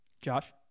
Josh